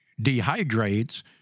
dehydrates